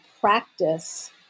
practice